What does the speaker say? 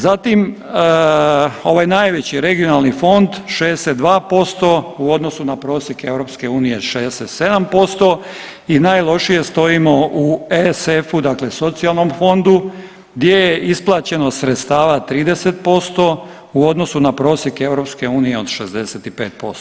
Zatim ovaj najveći regionalni fond, 62% u odnosu na prosjek EU, 67% i najlošije stoji u ESF-u, dakle socijalnom fondu gdje je isplaćeno sredstava 30% u odnosu na prosjek EU od 65%